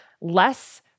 less